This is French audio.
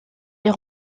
est